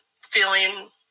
feeling